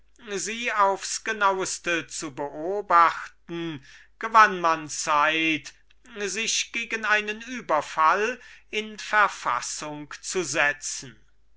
sie aufs genaueste zu beobachten zeit sich gegen einen feindlichen überfall in gehörige verfassung zu setzen